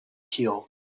healed